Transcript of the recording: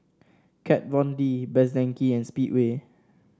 Kat Von D Best Denki and Speedway